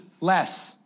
Less